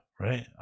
right